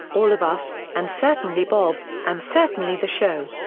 all of us, and certainly bob, and certainly the show.